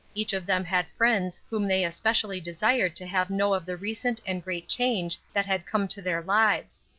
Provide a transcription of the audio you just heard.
each of them had friends whom they especially desired to have know of the recent and great change that had come to their lives.